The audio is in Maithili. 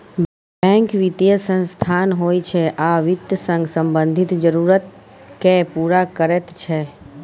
बैंक बित्तीय संस्थान होइ छै आ बित्त सँ संबंधित जरुरत केँ पुरा करैत छै